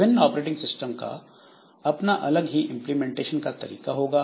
विभिन्न operating system का अपना अलग ही इंप्लीमेंटेशन का तरीका होगा